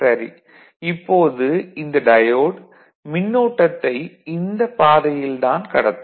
சரி இப்போது இந்த டயோடு மின்னோட்டத்தை இந்த பாதையில் தான் கடத்தும்